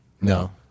No